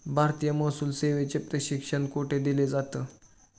भारतीय महसूल सेवेचे प्रशिक्षण कोठे दिलं जातं?